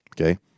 Okay